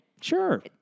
Sure